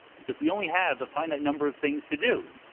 because we only have a finite number of things to do.